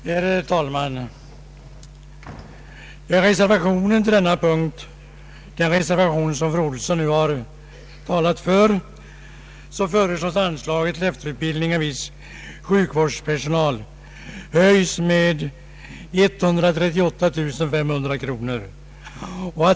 Herr talman! I reservationen vid denna punkt föreslås att anslaget till efterutbildning av viss sjukvårdspersonal skall höjas med 138500 kr.